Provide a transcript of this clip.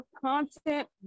content